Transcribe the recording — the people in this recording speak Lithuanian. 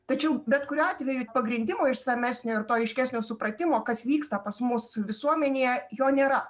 tačiau bet kuriuo atveju pagrindimo išsamesnio ir to aiškesnio supratimo kas vyksta pas mus visuomenėje jo nėra